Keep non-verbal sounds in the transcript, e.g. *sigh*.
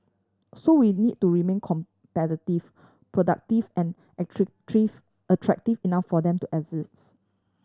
so we need to remain competitive productive and *unintelligible* attractive enough for them to *unintelligible*